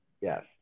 Yes